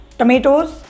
tomatoes